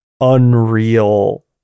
unreal